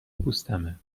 پوستمه